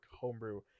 homebrew